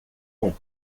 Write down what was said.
com